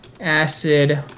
acid